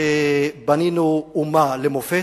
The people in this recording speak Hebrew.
שבנינו אומה למופת,